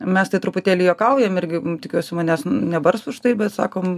mes tai truputėlį juokaujam irgi tikiuosi manęs nebars už tai sakom